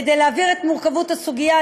כדי להבהיר את מורכבות הסוגיה,